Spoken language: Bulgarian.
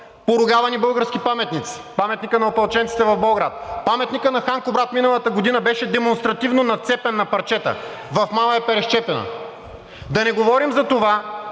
Поругавани български паметници, паметникът на опълченците в Болград, паметникът на хан Кубрат миналата година беше демонстративно нацепен на парчета в Мала Перешчепина. Да не говорим за това,